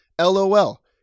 LOL